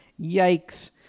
Yikes